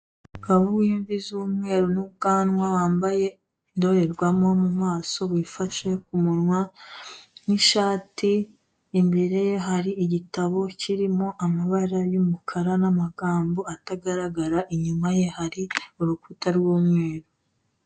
Umugabo w'imvi z'umweru n'ubwanwa wambaye indorerwamo mu maso wifashe Ku munwa, n'ishati, imbere hari igitabo kirimo amabara y'umukara n'amagambo atagaragara, inyuma ye hari urukuta rw'umweru.